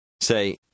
Say